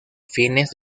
fines